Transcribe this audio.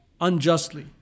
unjustly